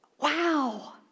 wow